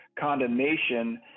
condemnation